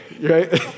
right